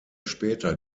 später